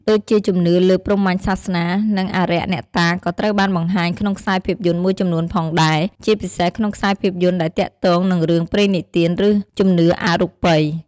ដូចជាជំនឿលើព្រហ្មញ្ញសាសនា និងអារក្សអ្នកតាក៏ត្រូវបានបង្ហាញក្នុងខ្សែភាពយន្តមួយចំនួនផងដែរ ជាពិសេសក្នុងខ្សែភាពយន្តដែលទាក់ទងនឹងរឿងព្រេងនិទាន ឬជំនឿអរូបិយ។